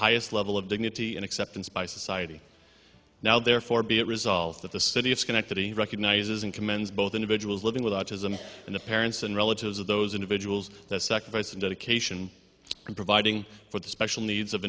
highest level of dignity and acceptance by society now therefore be it resolved that the city of schenectady recognizes and commends both individuals living with autism and the parents and relatives of those individuals that sacrifice and dedication in providing for the special needs of